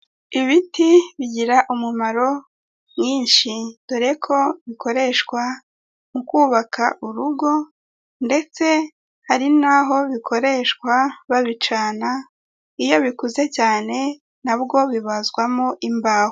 Ibiti bigira umumaro mwinshi, dore ko bikoreshwa mu kubaka urugo, ndetse hari naho bikoreshwa babicana, iyo bikuze cyane na bwo bibazwamo imbaho.